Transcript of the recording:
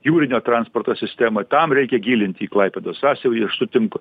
jūrinio transporto sistemą tam reikia gilinti klaipėdos sąsiaurį aš sutinku